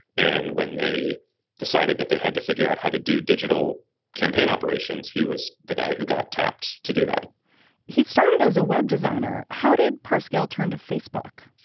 and when they decided that they had to figure out how to do digital campaign operations, he was the guy who got tapped to do that he started as a web designer. how did pass scale turned to facebook?